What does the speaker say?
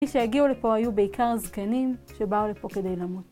מי שהגיעו לפה היו בעיקר זקנים שבאו לפה כדי למות.